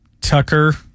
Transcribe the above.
Tucker